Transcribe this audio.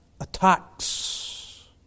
attacks